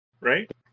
right